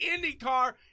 IndyCar